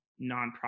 nonprofit